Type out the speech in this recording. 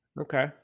Okay